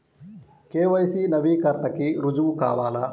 KYC నవీకరణకి రుజువు కావాలా?